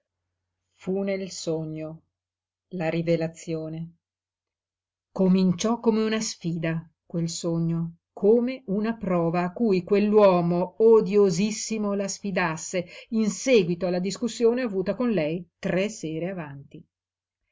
fu nel sogno la rivelazione cominciò come una sfida quel sogno come una prova a cui quell'uomo odiosissimo la sfidasse in séguito alla discussione avuta con lei tre sere avanti